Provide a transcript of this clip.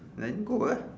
then go lah